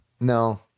No